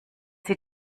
sie